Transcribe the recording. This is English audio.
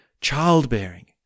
childbearing